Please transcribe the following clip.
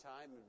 time